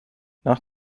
nach